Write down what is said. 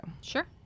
Sure